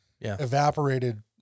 evaporated